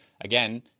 again